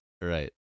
right